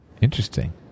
Interesting